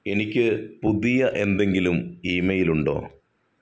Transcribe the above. എനിക്ക് പുതിയ എന്തെങ്കിലും ഇമെയിലുണ്ടോ